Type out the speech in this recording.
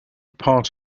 part